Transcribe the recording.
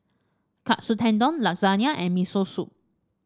Katsu Tendon Lasagna and Miso Soup